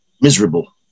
miserable